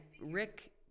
rick